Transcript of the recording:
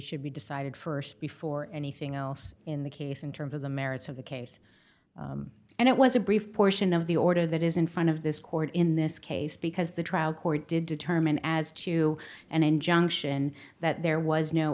should be decided st before anything else in the case in terms of the merits of the case and it was a brief portion of the order that is in front of this court in this case because the trial court did determine as to an injunction that there was no